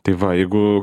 tai va jeigu